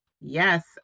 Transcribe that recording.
Yes